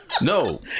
No